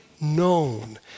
known